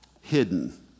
hidden